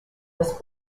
was